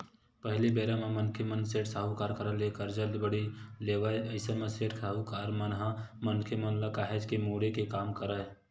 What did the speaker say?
पहिली बेरा म मनखे मन सेठ, साहूकार करा ले करजा बोड़ी लेवय अइसन म सेठ, साहूकार मन ह मनखे मन ल काहेच के मुड़े के काम करय